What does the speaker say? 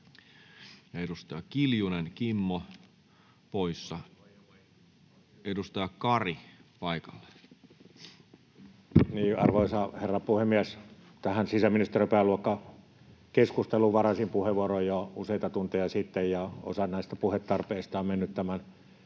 hallinnonala Time: 19:37 Content: Arvoisa herra puhemies! Tähän sisäministeriön pääluokkakeskusteluun varasin puheenvuoron jo useita tunteja sitten, ja osa näistä puhetarpeista on mennyt tämän